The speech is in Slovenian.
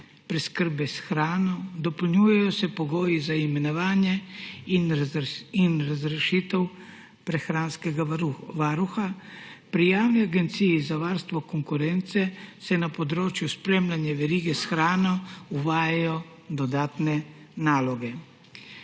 preskrbe s hrano, dopolnjujejo se pogoji za imenovanje in razrešitev prehranskega varuha. Pri Javni agenciji za varstvo konkurence se na področju spremljanja verige s hrano uvajajo dodatne naloge.